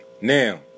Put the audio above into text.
now